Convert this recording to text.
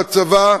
בצבא,